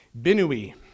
Binui